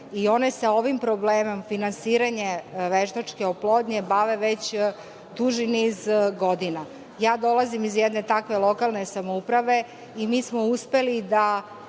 One se ovim problemom finansiranja veštačke oplodnje bave već duži niz godina. Ja dolazim iz jedne takve lokalne samouprave i mi smo uspeli da